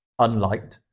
unliked